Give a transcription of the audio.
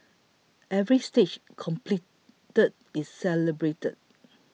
every stage completed is celebrated